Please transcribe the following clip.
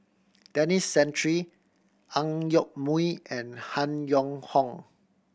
Denis Santry Ang Yoke Mooi and Han Yong Hong